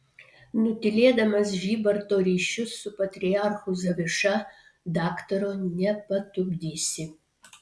nutylėdamas žybarto ryšius su patriarchu zaviša daktaro nepatupdysi